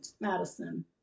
Madison